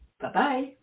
Bye-bye